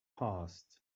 passed